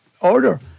order